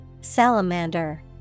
Salamander